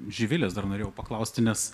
živilės dar norėjau paklausti nes